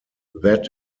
that